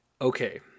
okay